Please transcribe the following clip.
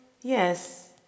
yes